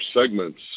segments